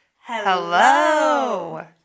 hello